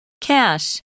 Cash